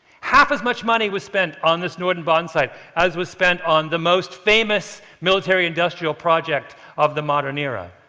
half as much money was spent on this norden bombsight as was spent on the most famous military-industrial project of the modern era.